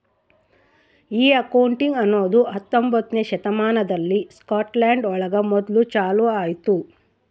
ಈ ಅಕೌಂಟಿಂಗ್ ಅನ್ನೋದು ಹತ್ತೊಂಬೊತ್ನೆ ಶತಮಾನದಲ್ಲಿ ಸ್ಕಾಟ್ಲ್ಯಾಂಡ್ ಒಳಗ ಮೊದ್ಲು ಚಾಲೂ ಆಯ್ತು